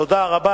תודה רבה.